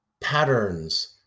patterns